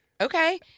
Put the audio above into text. okay